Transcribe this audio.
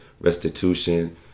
restitution